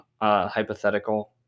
hypothetical